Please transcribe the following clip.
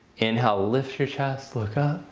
inhale lift your chest, look up.